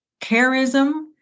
charism